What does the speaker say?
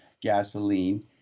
gasoline